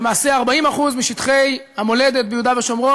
למעשה 40% משטחי המולדת ביהודה ושומרון